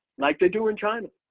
like they do in china?